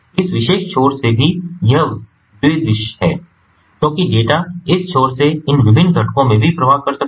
इस विशेष छोर से भी यह द्विदिश है क्योंकि डेटा इस छोर से इन विभिन्न घटकों में भी प्रवाह कर सकता है